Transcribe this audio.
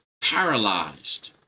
paralyzed